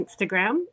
Instagram